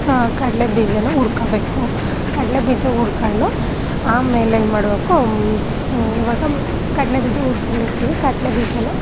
ಕಣಲೆ ಬೀಜನ ಹುರ್ಕೊಳ್ಬೇಕು ಕಡಲೆಬೀಜ ಉರ್ಕೊಂಡು ಆಮೇಲೆ ಏನು ಮಾಡಬೇಕು ಇವಾಗ ಕಡಲೆಬೀಜ ಉರ್ಕೊಂಡಿರ್ತೀವಿ ಕಡ್ಲೆಬೀಜನ